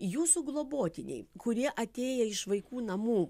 jūsų globotiniai kurie atėję iš vaikų namų